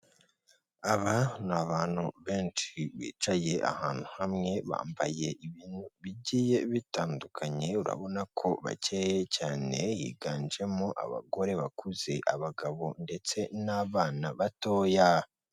Aba ni abantu benshi bicaye ahantu hamwe, bambaye ibintu bigiye bitandukanye, urabona ko bakeye cyane, higanjemo abagore bakuze, abagabo ndetse n'abana batoya.